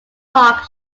talk